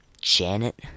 Janet